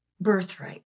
birthright